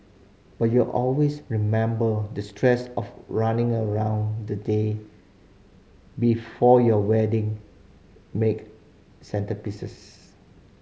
but you always remember the stress of running around the day before your wedding make centrepieces